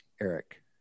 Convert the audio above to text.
Eric